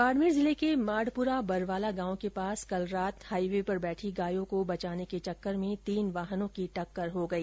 बाड़मेर जिले के माडपुरा बरवाला गांव के पास कल रात हाइवे पर बैठी गायों को बचाने के चक्कर में तीन वाहनों में टक्कर हो गई